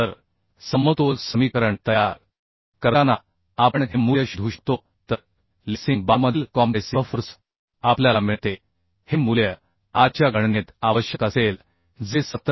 तर समतोल समीकरण तयार करताना आपण हे मूल्य शोधू शकतो तर लेसिंग बारमधील कॉम्प्रेसिव्ह फोर्स आपल्याला मिळते हे मूल्य आजच्या गणनेत आवश्यक असेल जे 17